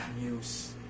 news